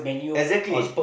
exactly